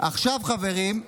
עכשיו, חברים,